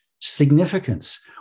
significance